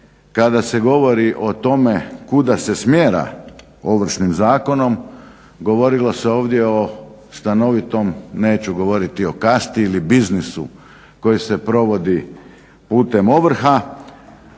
kada se govori o tome kuda se smjera Ovršnim zakonom, govorilo se ovdje o stanovitom, neću govoriti o kasti ili biznisu koji se provodi putem ovrha.